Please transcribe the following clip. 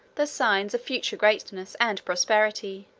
the signs of future greatness and prosperity